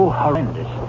horrendous